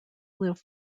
live